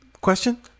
Question